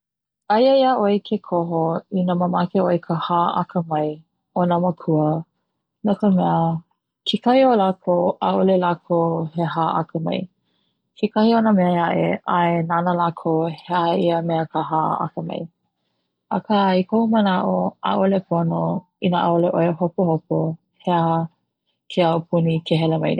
Aia iaʻoe ke koho i na mamake ʻoe ka ha akamai o na makua, no ka mea kekai o lākou ʻaʻole lākou he ha akamai kekahi o na mea ʻē aʻe ʻae nana lākou he aha ia mea he ha akamai, aka i koʻu manaʻo ʻaʻole pono i nā ʻaʻole ʻoe hopohopo he aha ke aupuni ke hele mai nei.